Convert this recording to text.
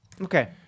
Okay